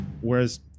whereas